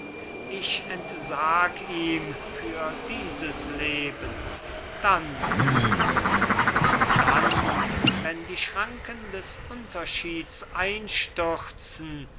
ich entsag ihm für dieses leben dann mutter dann wenn die schranken des unterschieds